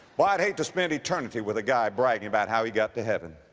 boy, i'd hate to spend eternity with a guy bragging about how he got to heaven.